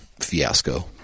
fiasco